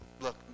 Look